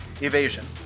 Evasion